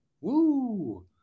Woo